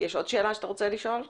עוד שאלה שאתה רוצה לשאול?